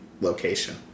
location